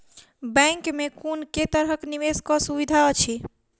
Bank मे कुन केँ तरहक निवेश कऽ सुविधा अछि?